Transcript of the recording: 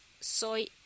soy